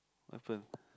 what happen